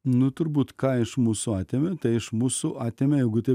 nu turbūt ką iš mūsų atėmė iš mūsų atėmė jeigu taip